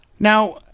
Now